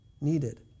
needed